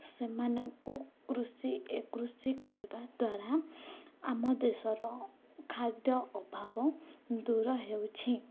ସେମାନଙ୍କୁ କୃଷି କୃଷି କରିବା ଦ୍ୱାରା ଆମ ଦେଶର ଖାଦ୍ୟ ଅଭାବ ଦୂର ହେଉଛି